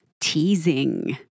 teasing